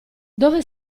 dove